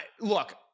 look